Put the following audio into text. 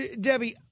Debbie